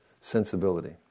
sensibility